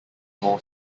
small